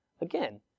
again